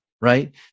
right